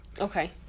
Okay